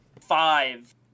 five